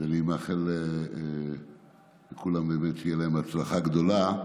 אני מאחל לכולם שתהיה להם הצלחה גדולה.